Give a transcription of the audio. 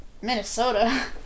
Minnesota